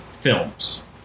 films